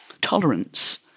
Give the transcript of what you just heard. tolerance